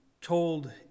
told